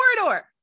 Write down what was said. corridor